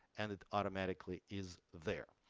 and it automatically is there.